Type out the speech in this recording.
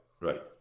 right